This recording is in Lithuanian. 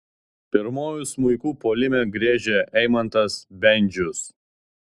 pirmuoju smuiku puolime griežia eimantas bendžius